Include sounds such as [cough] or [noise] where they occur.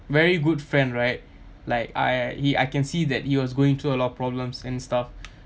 very good friend right like I he I can see that he was going through a lot of problems and stuff [breath]